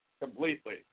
completely